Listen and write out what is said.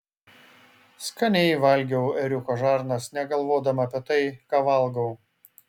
skaniai valgiau ėriuko žarnas negalvodama apie tai ką valgau